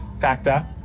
factor